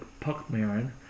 Puckmarin